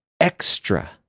extra